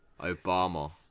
Obama